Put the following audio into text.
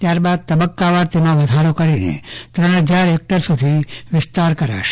ત્યારબાદ તબકકાવાર તેમાં વધારો કરીને ત્રણ હજાર હેકટર સુધી વિસ્તાર કરાશે